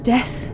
Death